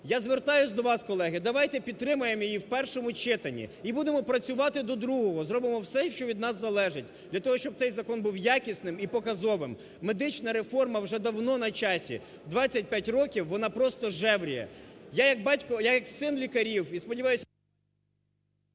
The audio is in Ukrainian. Я звертаюся до вас, колеги, давайте підтримаємо її в першому читанні і будемо працювати до другого, зробимо все, що від нас залежить для того, щоб цей закон був якісним і показовим. Медична реформа вже давно на часі, 25 років вона просто жевріє. Я як батько, я як син лікарів і сподіваюсь…